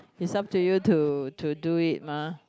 it's up to you to to do it mah